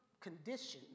conditions